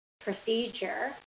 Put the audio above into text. procedure